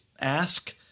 Ask